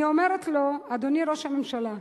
אני אומרת לו: אדוני ראש הממשלה,